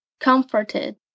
comforted